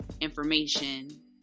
information